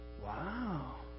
Wow